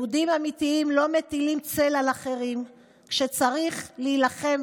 יהודים אמיתיים לא מטילים צל על אחרים כשצריך להילחם,